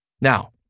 Now